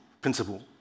principle